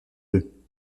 deux